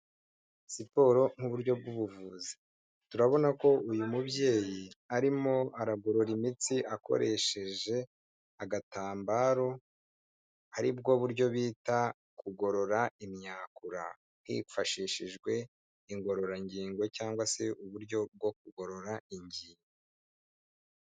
Siporo nk'uburyo bw'ubuvuzi, turabona ko uyu mubyeyi arimo aragorora imitsi akoresheje agatambaro, aribwo buryo bita kugorora imyakura, hifashishijwe ingororangingo cyangwa se uburyo bwo kugorora ingingo.